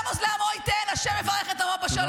"השם עֹז לעמו יתן, השם יברך את עמו בשלום".